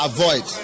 Avoid